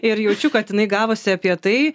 ir jaučiu kad jinai gavosi apie tai